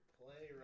play